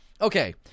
okay